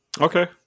Okay